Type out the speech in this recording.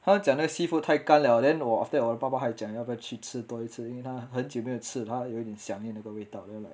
他讲那个 seafood 太干了 then 我 after that 我爸爸还讲要不要去吃多一次因为他很久没有吃他有点想念那个味道 then like